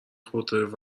خودروی